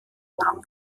nahm